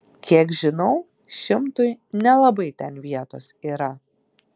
kiek žinau šimtui nelabai ten vietos yra